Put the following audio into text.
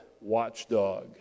watchdog